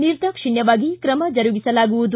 ನಿರ್ಧಾಕ್ಷಿಣ್ಠವಾಗಿ ಕ್ರಮ ಜರುಗಿಸಲಾಗುವುದು